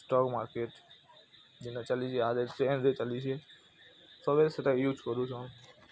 stock market ଯେନ୍ତା ଚାଲିଛେ ଏହାଦେ ଟ୍ରେନ୍ରେ ଚାଲିଛି ସଭିଏ ସେଇଟା ୟୁଜ୍ କରୁଛନ୍